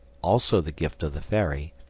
also the gift of the fairy,